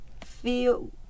feel